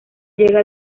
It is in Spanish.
llega